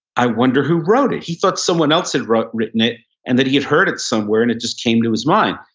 i wonder who wrote it. he thought someone else had written it and that he had heard it somewhere and it just came to his mind.